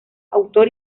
autor